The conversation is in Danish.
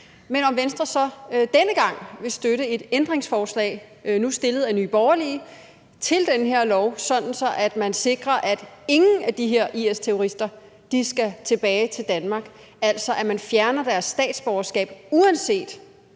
enig med ordføreren i – vil støtte et ændringsforslag, nu stillet af Nye Borgerlige, til det her lovforslag, sådan at man sikrer, at ingen af de her IS-terrorister skal tilbage til Danmark, altså ved at fjerne deres statsborgerskab, uanset